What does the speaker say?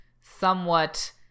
somewhat